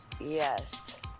Yes